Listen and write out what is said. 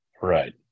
Right